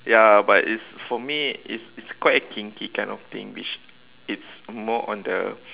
ya but it's for me it's it's quite a kinky kind of thing which it's more on the